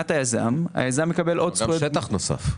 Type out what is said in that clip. היזם מקבל עוד זכויות --- האזרח מקבל גם שטח נוסף.